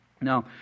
Now